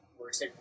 works